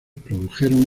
produjeron